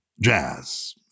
jazz